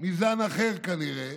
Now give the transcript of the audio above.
מזן אחר, כנראה,